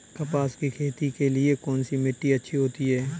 कपास की खेती के लिए कौन सी मिट्टी अच्छी होती है?